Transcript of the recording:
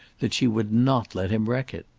that she would not let him wreck it.